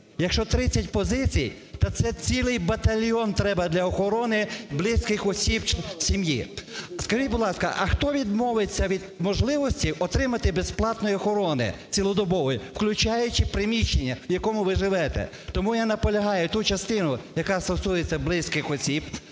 Якщо 30 позицій, та це цілий батальйон треба для охорони близьких осіб сім'ї. Скажіть, будь ласка, а хто відмовиться від можливості отримання безплатної охорони цілодобової, включаючи приміщення, в якому ви живете? Тому я наполягаю ту частину, яка стосується близьких осіб,